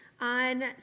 on